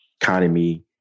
economy